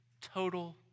total